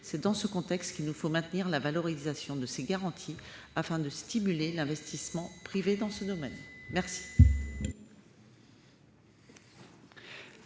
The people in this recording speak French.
C'est dans ce contexte qu'il nous faut maintenir la valorisation de ces garanties, afin de stimuler l'investissement privé dans ce domaine. La